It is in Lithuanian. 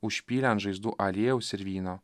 užpylė ant žaizdų aliejaus ir vyno